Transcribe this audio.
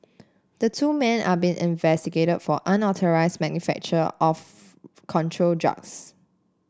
the two men are being investigated for unauthorised manufacture of control drugs